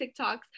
TikToks